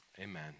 amen